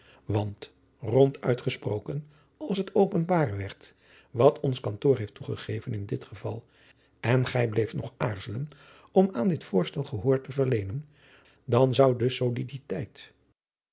want ronduit gesproken als het openbaar werd wat ons kantoor heeft toegegeven in dit geval en gij bleeft nog aarzelen om aan dit voorstel gehoor te verleenen dan zou de soliditeit